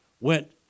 went